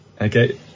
Okay